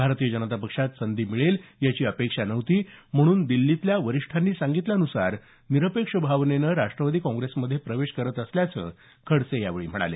भारतीय जनता पक्षात संधी मिळेल याची अपेक्षा नव्हती म्हणून दिछीतल्या वरिष्ठांनी सांगितल्यान्सार निरपेक्ष भावनेनं राष्ट्रवादी मध्ये प्रवेश करत असल्याचं खडसे यांनी सांगितलं